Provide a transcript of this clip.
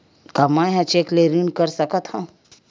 का मैं ह चेक ले ऋण कर सकथव?